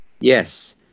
yes